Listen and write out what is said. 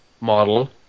model